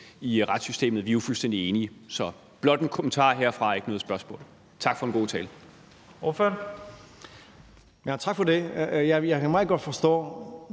i retssystemet. Vi er jo fuldstændig enige. Så det var blot en kommentar herfra og ikke noget spørgsmål. Tak for en god tale.